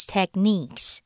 Techniques